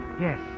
Yes